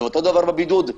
ואותו דבר לבידוד.